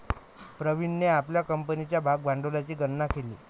प्रवीणने आपल्या कंपनीच्या भागभांडवलाची गणना केली